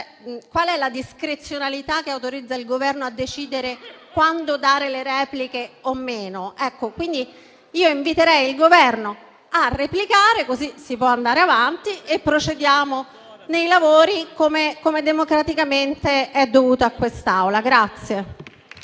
la discrezionalità che autorizza il Governo a decidere quando svolgere le repliche o meno? Inviterei il Governo a replicare, così si può andare avanti e procedere nei lavori come democraticamente è dovuto a questa Assemblea.